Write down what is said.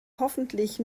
hoffentlich